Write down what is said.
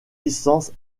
licence